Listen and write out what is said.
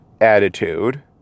attitude